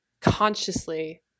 consciously